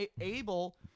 able